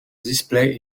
display